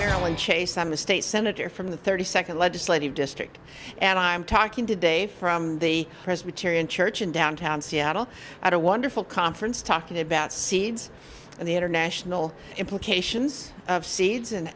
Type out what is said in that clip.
fairly chase i'm a state senator from the thirty second legislative district and i'm talking today from the presbyterian church in downtown seattle out of wonderful conference talking about seeds and the international implications of se